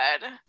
good